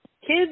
Kids